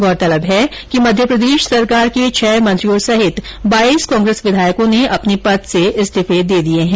गौरतलब है कि मध्यप्रदेश सरकार के छह मंत्रियों सहित बाईस कांग्रेस विधायकों ने अपने पद से इस्तीफे दे दिए हैं